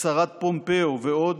הצהרת פומפאו ועוד,